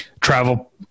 travel